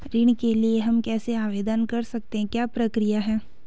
ऋण के लिए हम कैसे आवेदन कर सकते हैं क्या प्रक्रिया है?